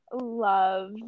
love